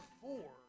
four